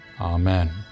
Amen